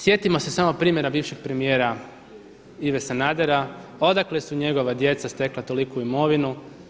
Sjetimo se samo primjera bivšeg premijera Ive Sanadera, odakle su njegova djeca stekla toliku imovinu?